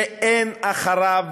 שאין מאחוריו